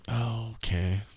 Okay